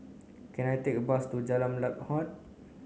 can I take a bus to Jalan Lam Huat